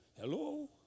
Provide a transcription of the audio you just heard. Hello